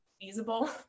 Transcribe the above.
feasible